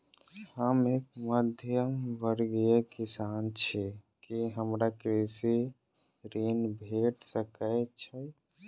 हम एक मध्यमवर्गीय किसान छी, की हमरा कृषि ऋण भेट सकय छई?